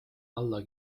alla